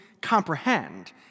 comprehend